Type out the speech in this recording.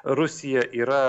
rusija yra